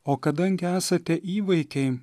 o kadangi esate įvaikiai